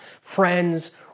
friends